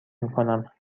میکنم